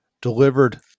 delivered